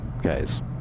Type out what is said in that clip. guys